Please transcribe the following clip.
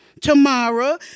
Tomorrow